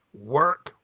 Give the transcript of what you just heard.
Work